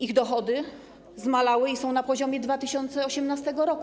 Ich dochody zmalały i są na poziomie z 2018 r.